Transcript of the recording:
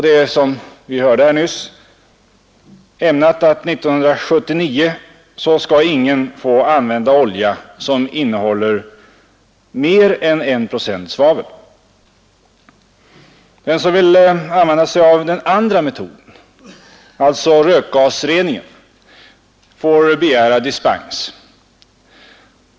1979 får enligt förslaget ingen använda olja som innehåller mer än en procent svavel. Den som vill använda sig av den andra metoden — alltså rökgasrening — får begära dispens.